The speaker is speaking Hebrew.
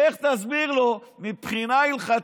לך תסביר לו מבחינה הלכתית,